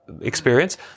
experience